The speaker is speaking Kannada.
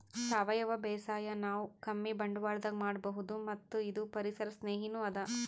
ಸಾವಯವ ಬೇಸಾಯ್ ನಾವ್ ಕಮ್ಮಿ ಬಂಡ್ವಾಳದಾಗ್ ಮಾಡಬಹುದ್ ಮತ್ತ್ ಇದು ಪರಿಸರ್ ಸ್ನೇಹಿನೂ ಅದಾ